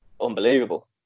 Unbelievable